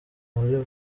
muri